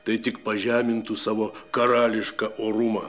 tai tik pažemintų savo karališką orumą